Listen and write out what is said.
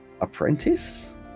apprentice